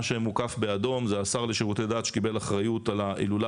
שמוקף באדום: זה השר לשירותי דת שקיבל אחריות על ההילולה,